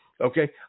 Okay